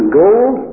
gold